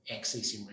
accessing